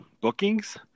bookings